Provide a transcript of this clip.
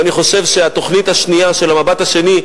ואני חושב שהתוכנית השנייה של "מבט שני",